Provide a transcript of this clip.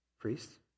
priests